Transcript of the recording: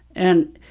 and